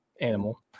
animal